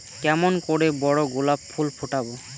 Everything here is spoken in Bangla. কেমন করে বড় গোলাপ ফুল ফোটাব?